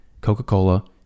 Coca-Cola